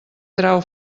trau